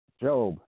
Job